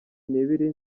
nibiri